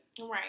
Right